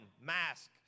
mask